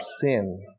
sin